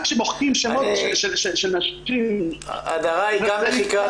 רק כשמוחקים שמות של נשים, קמים.